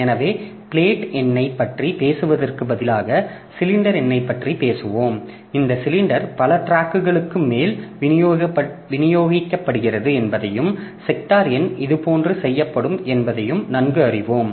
எனவே பிளேட் எண்ணைப் பற்றிப் பேசுவதற்குப் பதிலாக சிலிண்டர் எண்ணை பேசுவோம் இந்த சிலிண்டர் பல டிராக்களுக்கு மேல் விநியோகிக்கப்படுகிறது என்பதையும் செக்டார் எண் இதுபோன்று செய்யப்படும் என்பதையும் நன்கு அறிவோம்